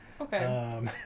okay